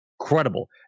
incredible